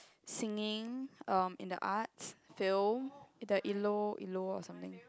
singing um in the arts feel in the elo elo or something